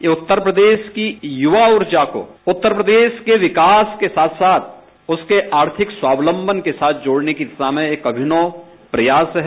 ये उत्तर प्रदेश की युवा राजा को उत्तर प्रदेश के विकास के साथ साथ उसके आर्थिक स्वावलंबन के साथ जोड़ने की दिशा में एक अमिनव प्रयास है